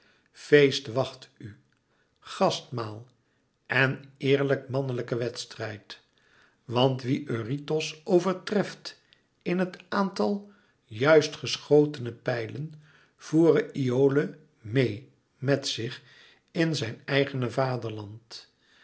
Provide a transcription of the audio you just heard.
feest wacht u gastmaal en eerlijk mannelijke wedstrijd want wie eurytos overtreft in het aantal juist geschotene pijlen voere iole mede met zich in zijn eigene vaderland